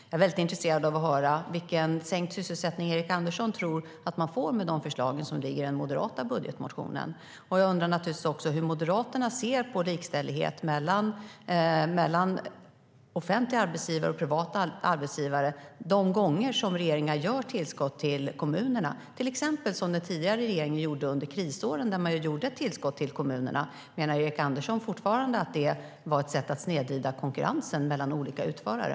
Jag är väldigt intresserad av att höra vilken sänkt sysselsättning som Erik Andersson tror att man får med de förslag som ingår i den moderata budgetmotionen. Jag undrar naturligtvis också hur Moderaterna ser på likställighet mellan offentliga och privata arbetsgivare de gånger som regeringar ger tillskott till kommunerna. Ett exempel är det som den tidigare regeringen gjorde när man under krisåren gav ett tillskott till kommunerna. Menar Erik Andersson fortfarande att det var ett sätt att snedvrida konkurrensen mellan olika utförare?